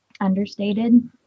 Understated